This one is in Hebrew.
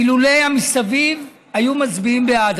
אילולא המסביב, היו מצביעים בעד.